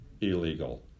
illegal